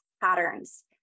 patterns